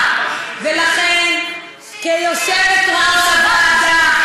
מדברים על למעלה מ-760 חפים מפשע ולמעלה מ-360 ילדים פחות מבני 15,